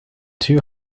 too